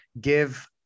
give